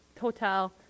hotel